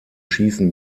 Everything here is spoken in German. schießen